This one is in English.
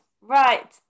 Right